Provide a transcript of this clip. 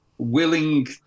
Willing